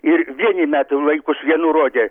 ir vieni metų laikus vienur rodė